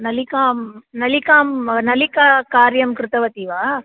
नलिकां नलिकां नलिकाकार्यं कृतवती वा